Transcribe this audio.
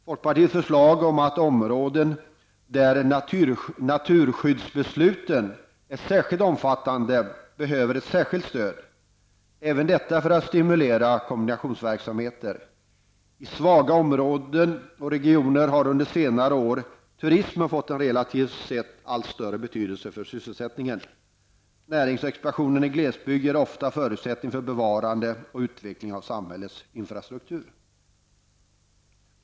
Folkpartiet föreslår att områden där naturskyddsbesluten är särskilt omfattande skall få ett särskilt stöd, även detta för att stimulera kombinationsverksamheter. I svaga regioner har under senare år turismen fått en relativt sett allt större betydelse för sysselsättningen. Näringsexpansionen i glesbygden ger ofta förutsättning för bevarande och utveckling av samhällets infrastruktur.